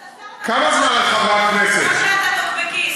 אתה שר בממשלה, או שאתה טוקבקיסט?